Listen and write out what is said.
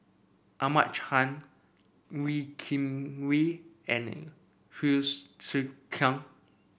Ahmad Khan Wee Kim Wee and Hsu Tse Kwang